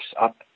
up